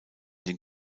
den